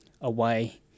away